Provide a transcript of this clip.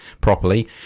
properly